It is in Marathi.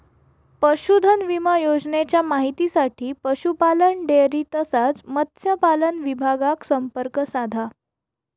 पशुधन विमा योजनेच्या माहितीसाठी पशुपालन, डेअरी तसाच मत्स्यपालन विभागाक संपर्क साधा